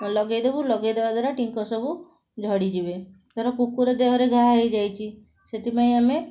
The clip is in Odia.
ଲଗାଇ ଦେବୁ ଲଗାଇ ଦେବା ଦ୍ଵାରା ଟିଙ୍କ ସବୁ ଝଡ଼ିଯିବେ ଧର କୁକୁର ଦେହରେ ଘାଆ ହେଇଯାଇଛି ସେଥିପାଇଁ ଆମେ